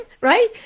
right